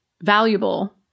valuable